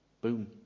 Boom